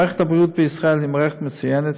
מערכת הבריאות בישראל היא מערכת מצוינת,